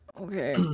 okay